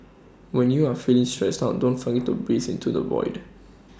when you are feeling stressed out don't forget to breathe into the void